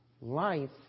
life